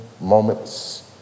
moments